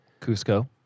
Cusco